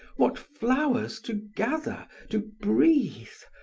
what flowers to gather, to breathe!